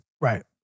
Right